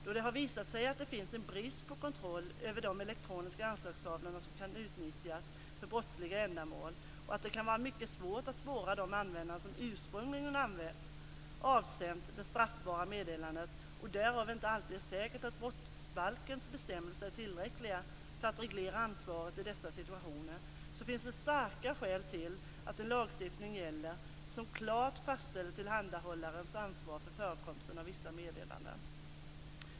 Då det har visat sig finnas en brist på kontroll över de elektroniska anslagstavlor som kan utnyttjas för brottsliga ändamål samt att det kan vara mycket svårt att spåra de användare som ursprungligen avsänt det straffbara meddelandet och det därav inte alltid är säkert att brottsbalkens bestämmelser är tillräckliga för att reglera ansvaret i dessa situationer, finns det starka skäl för att en lagstiftning gäller som klart fastställer tillhandahållarens ansvar för förekomsten av vissa meddelanden.